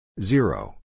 Zero